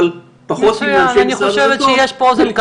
אבל פחות עם אנשי משרד הדתות.